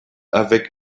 avec